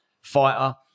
fighter